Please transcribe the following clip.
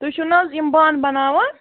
تُہۍ چھُو نہَ حظ یِم بانہٕ بَناوان